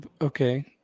Okay